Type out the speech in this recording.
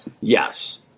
Yes